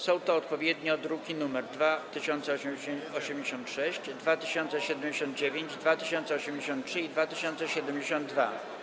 Są to odpowiednio druki nr 2086, 2079, 2083 i 2072.